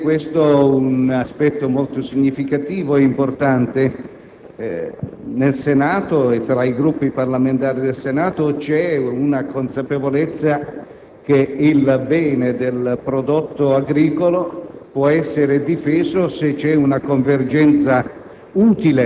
È questo un aspetto molto significativo e importante, nel senso che nel Senato e tra i Gruppi parlamentari del Senato c'è una consapevolezza che il bene prodotto agricolo può essere difeso se c'è una convergenza